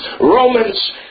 Romans